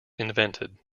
invented